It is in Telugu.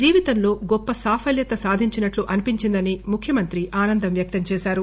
జీవితంలో గొప్ప సాఫల్యత సాధించినట్లు అనిపించిందనీ ముఖ్యమంత్రి ఆనందం వ్యక్తం చేశారు